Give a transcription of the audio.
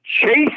Chase